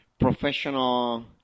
professional